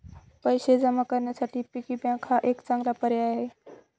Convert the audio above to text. पैसे जमा करण्यासाठी पिगी बँक हा एक चांगला पर्याय आहे